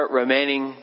remaining